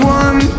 one